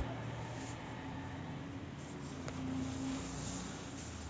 logging ही पुरवठा साखळीची सुरुवात आहे आणि